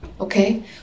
okay